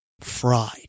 fried